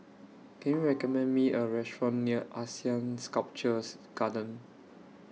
Can YOU recommend Me A Restaurant near Asean Sculpture's Garden